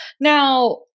Now